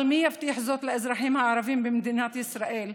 אבל מי יבטיח זאת לאזרחים הערבים במדינת ישראל?